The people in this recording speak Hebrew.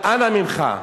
אבל אנא ממך,